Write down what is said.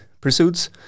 pursuits